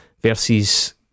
Versus